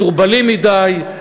מסורבלים מדי,